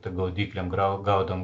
tai gaudyklėm gaudom